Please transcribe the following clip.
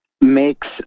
makes